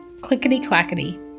Clickety-clackety